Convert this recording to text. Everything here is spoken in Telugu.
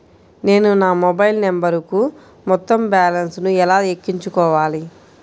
నేను నా మొబైల్ నంబరుకు మొత్తం బాలన్స్ ను ఎలా ఎక్కించుకోవాలి?